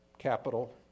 capital